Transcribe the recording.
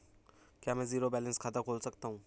क्या मैं zero balance खाता खोल सकता हूँ?